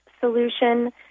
Solution